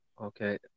Okay